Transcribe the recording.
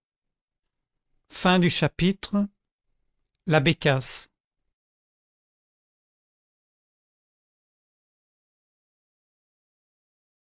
de la bécasse